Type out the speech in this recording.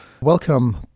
Welcome